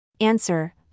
Answer